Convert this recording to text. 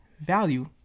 Value